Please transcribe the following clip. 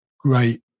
great